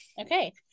Okay